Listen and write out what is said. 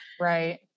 Right